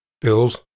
Bills